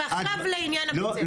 עכשיו, לעניין בתי-הספר.